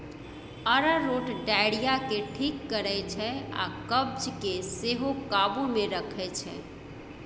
अरारोट diarrhoea केँ ठीक करै छै आ कब्ज केँ सेहो काबु मे रखै छै